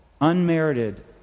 Unmerited